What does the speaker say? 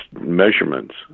measurements